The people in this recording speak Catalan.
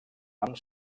amb